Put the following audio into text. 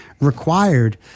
required